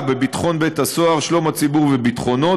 בביטחון בית-הסוהר ובשלום הציבור וביטחונו,